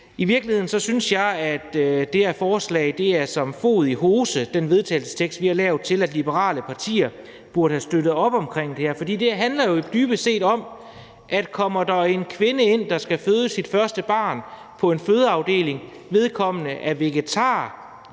I virkeligheden synes jeg, at den vedtagelsestekst, vi har lavet, passer som fod i hose, i forhold til at liberale partier burde have støttet op omkring det, for det handler jo dybest set om, at kommer der en kvinde, der skal føde sit første barn, ind på en fødeafdeling, og er vedkommende vegetar,